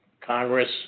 Congress